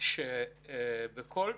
ועדת חוץ